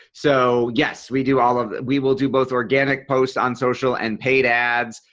so yes we do all of that we will do both organic posts on social and paid ads.